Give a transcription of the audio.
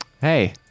hey